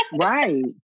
right